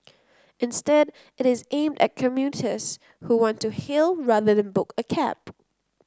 instead it is aimed at commuters who want to hail rather than book a cab